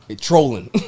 Trolling